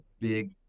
big